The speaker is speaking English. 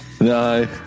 No